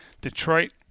Detroit